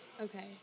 Okay